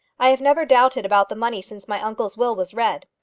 i have never doubted about the money since my uncle's will was read.